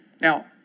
Now